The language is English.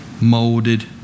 molded